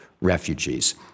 refugees